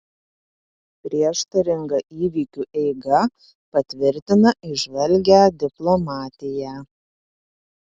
prieštaringa įvykių eiga patvirtina įžvalgią diplomatiją